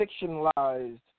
fictionalized